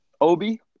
Obi